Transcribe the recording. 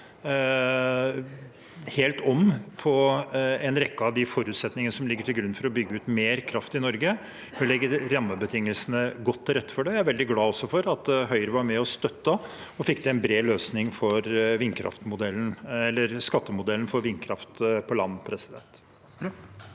helt om på en rekke av de forutsetningene som ligger til grunn for å bygge ut mer kraft i Norge, ved å legge rammebetingelsene godt til rette for det. Jeg er også veldig glad for at Høyre var med og støttet det, slik at vi fikk til en bred løsning for vindkraftmodellen, eller skattemodellen for vindkraft på land. Nikolai